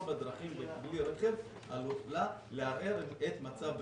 בדרכים --- עלולה לערער את מצב בריאותו.